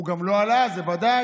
הוא גם לא עלה, וזה ודאי.